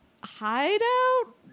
Hideout